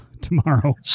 tomorrow